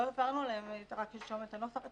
לא העברנו להם רק שלשום את הנוסח.